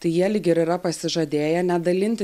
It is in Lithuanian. tai jie lyg ir yra pasižadėję nedalinti